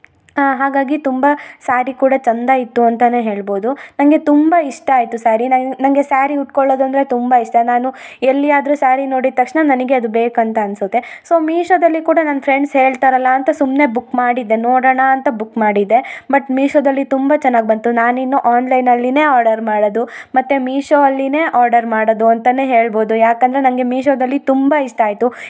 ಹಾಗಾಗಿ ತುಂಬ ಸ್ಯಾರಿ ಕೂಡ ಚಂದ ಇತ್ತು ಅಂತ ಹೇಳ್ಬೋದು ನಂಗೆ ತುಂಬ ಇಷ್ಟ ಆಯಿತು ಸ್ಯಾರಿ ನಾನು ನಂಗೆ ಸ್ಯಾರಿ ಉಟ್ಕೊಳ್ಳೋದು ಅಂದರೆ ತುಂಬ ಇಷ್ಟ ನಾನು ಎಲ್ಲಿ ಆದರು ಸ್ಯಾರಿ ನೋಡಿದ ತಕ್ಷಣ ನನಗೆ ಅದು ಬೇಕಂತ ಅನ್ಸುತ್ತೆ ಸೋ ಮೀಶೊದಲ್ಲಿ ಕೂಡ ನನ್ನ ಫ್ರೆಂಡ್ಸ್ ಹೇಳ್ತಾರಲ್ಲ ಅಂತ ಸುಮ್ಮನೆ ಬುಕ್ ಮಾಡಿದ್ದೆ ನೋಡೋಣ ಅಂತ ಬುಕ್ ಮಾಡಿದ್ದೆ ಮತ್ತು ಮೀಶೊದಲ್ಲಿ ತುಂಬ ಚೆನ್ನಾಗ್ ಬಂತು ನಾನು ಇನ್ನು ಆನ್ಲೈನಲ್ಲಿ ಆರ್ಡರ್ ಮಾಡೋದು ಮತ್ತು ಮೀಶೊ ಅಲ್ಲಿ ಆರ್ಡರ್ ಮಾಡೋದು ಅಂತ ಹೇಳ್ಬೋದು ಯಾಕಂದರೆ ನಂಗೆ ಮೀಶೊದಲ್ಲಿ ತುಂಬ ಇಷ್ಟ ಆಯಿತು